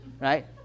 right